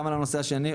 גם על הנושא השני,